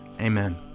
Amen